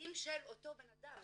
החיים של אותו אדם.